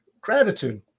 gratitude